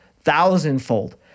thousandfold